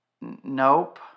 nope